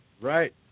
right